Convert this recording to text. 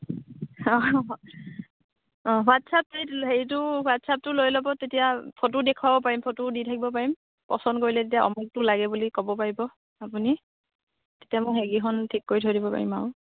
অ' WhatsApp হেৰিটো হোৱাটছআপটো লৈ ল'ব তেতিয়া ফটো দেখুৱাব পাৰিম ফটোও দি থাকিব পাৰিম পচন্দ কৰিলে তেতিয়া অমুকটো লাগে বুলি ক'ব পাৰিব আপুনি তেতিয়া মই সেই কেইখন ঠিক কৰি থৈ দিব পাৰিম আৰু